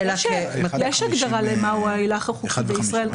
יש הגדרה למה הוא ההילך החוקי בישראל.